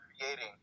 creating